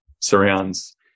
surrounds